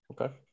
Okay